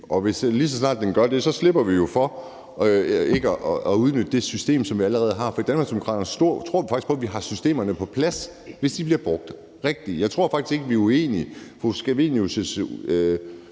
en ny. Lige så snart den gør det, slipper vi jo for ikke at udnytte det system, som vi allerede har. I Danmarksdemokraterne tror vi faktisk på, at vi har systemerne på plads, hvis de bliver brugt rigtigt. Jeg tror faktisk ikke, vi er uenige. Fru Theresa